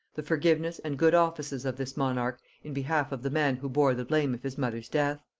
the forgiveness and good offices of this monarch in behalf of the man who bore the blame of his mother's death.